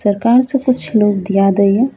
सरकारसँ किछु लोभ दिया दइए